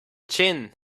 gin